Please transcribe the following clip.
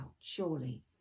surely